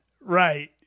Right